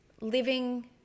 living